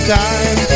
time